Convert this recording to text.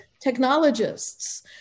technologists